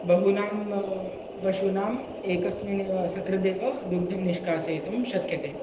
बहूनां पशूनाम् एकस्मिन्नेव सकृदेव दुग्धं निष्कासयितुं शक्यते